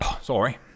sorry